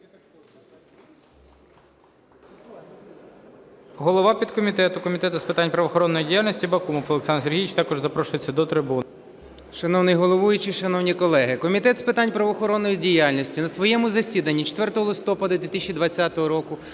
Голова підкомітету Комітету з питань правоохоронної діяльності Бакумов Олександр Сергійович також запрошується до трибуни. 14:40:15 БАКУМОВ О.С. Шановний головуючий, шановні колеги! Комітет з питань правоохоронної діяльності на своєму засіданні 4 листопада 2020 року